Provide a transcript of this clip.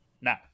now